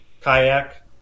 kayak